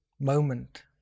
moment